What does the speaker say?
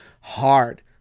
hard